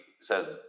says